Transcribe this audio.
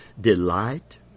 delight